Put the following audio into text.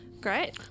Great